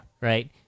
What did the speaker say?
Right